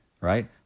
right